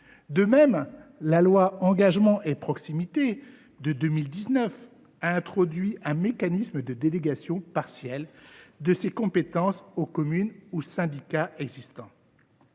De même, la loi Engagement et Proximité de 2019 a introduit un mécanisme de délégation partielle de ces compétences aux communes ou syndicats existants.